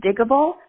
Diggable